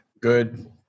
Good